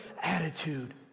attitude